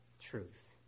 truth